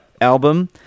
album